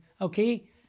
okay